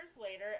later